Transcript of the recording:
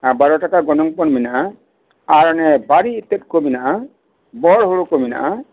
ᱵᱟᱨᱚ ᱴᱟᱠᱟ ᱜᱚᱱᱚᱝ ᱯᱚᱱ ᱢᱮᱱᱟᱜᱼᱟ ᱟᱨ ᱚᱱᱮ ᱵᱟᱨᱮ ᱤᱛᱟᱹᱫ ᱠᱚ ᱢᱮᱱᱟᱜᱼᱟ ᱵᱚᱲ ᱦᱩᱲᱩ ᱠᱚ ᱢᱮᱱᱟᱜᱼᱟ